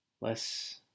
less